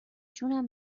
جونم